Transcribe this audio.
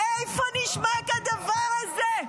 איפה נשמע כדבר הזה?